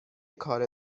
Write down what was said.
کار